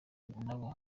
n’abo